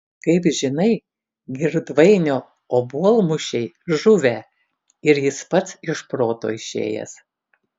kaip žinai girdvainio obuolmušiai žuvę ir jis pats iš proto išėjęs